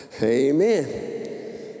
Amen